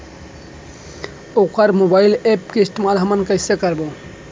वोकर mobile app के इस्तेमाल हमन कइसे करबो?